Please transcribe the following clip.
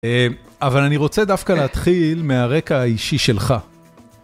אבל אני רוצה דווקא להתחיל מהרקע האישי שלך.